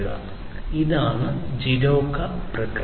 അതിനാൽ ഇതാണ് ജിഡോക പ്രക്രിയ